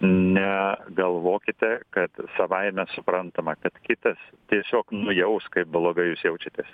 negalvokite kad savaime suprantama kad kitas tiesiog nujaus kaip blogai jūs jaučiatės